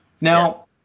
now